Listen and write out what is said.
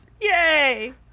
yay